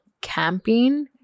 camping